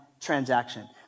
transaction